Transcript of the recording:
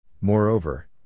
Moreover